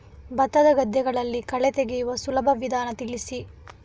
ಭತ್ತದ ಗದ್ದೆಗಳಲ್ಲಿ ಕಳೆ ತೆಗೆಯುವ ಸುಲಭ ವಿಧಾನ ತಿಳಿಸಿ?